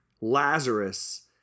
Lazarus